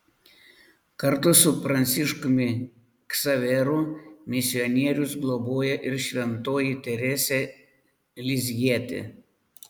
kartu su pranciškumi ksaveru misionierius globoja ir šventoji teresė lizjietė